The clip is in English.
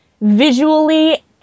visually